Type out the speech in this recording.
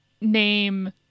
name